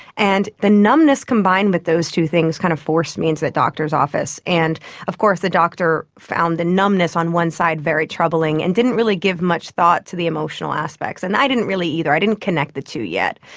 and the numbness combined with those two things kind of forced me into the doctor's office. and of course the doctor found the numbness on one side very troubling and didn't really give much thought to the emotional aspects, and i didn't really either, i didn't connect the two yet.